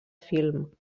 film